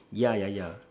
yeah yeah yeah